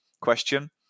question